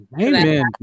amen